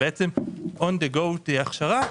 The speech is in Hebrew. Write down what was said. שבעצם on the go תהיה הכשרה.